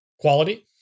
quality